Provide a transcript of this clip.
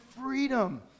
Freedom